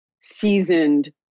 seasoned